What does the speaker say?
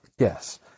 Yes